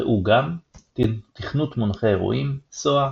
ראו גם תכנות מונחה אירועים SOA